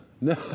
no